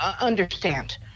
understand